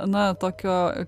na tokio